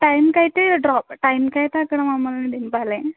టైంకి అయితే డ్రో టైంకి అయితే అక్కడ మమ్మల్ని దింపాలి